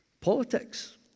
politics